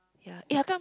yea eh how come